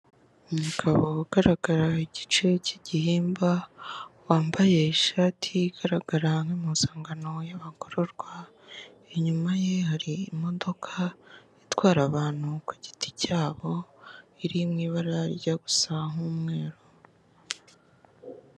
Umugabo ugaragara igice cy'igihimba wambaye ishati igaragara nk'impuzangano y'abagororwa, inyuma ye hari imodoka itwara abantu ku giti cyabo iri mu ibara rijya gusa nkumweru.